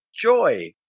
joy